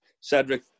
Cedric